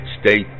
State